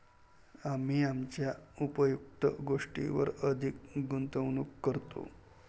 आम्ही आमच्या उपयुक्त गोष्टींवर अधिक गुंतवणूक करतो